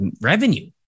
revenue